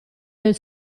del